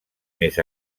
més